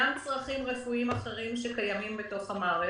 גם צרכים רפואיים אחרים שיש במערכת.